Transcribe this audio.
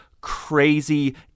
crazy